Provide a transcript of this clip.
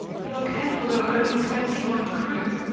but on kendal there were only twenty one crew.